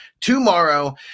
tomorrow